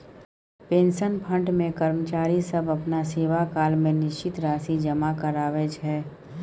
pension fund मे कर्मचारी सब अपना सेवाकाल मे निश्चित राशि जमा कराबै छै